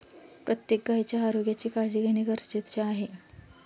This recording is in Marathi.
प्रत्येक गायीच्या आरोग्याची काळजी घेणे गरजेचे आहे